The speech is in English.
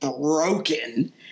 broken